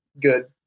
good